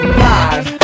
live